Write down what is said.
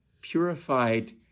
purified